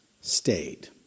stayed